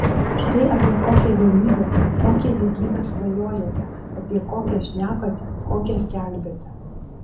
štai apie kokią vienybę kokią lygybę svajojate apie kokią šnekate kokią skelbiate